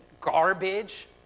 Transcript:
garbage